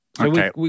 Okay